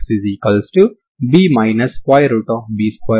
అదేవిధంగా మీరు g00 అని చూపించవచ్చు సరేనా